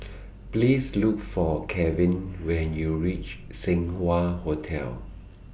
Please Look For Calvin when YOU REACH Seng Wah Hotel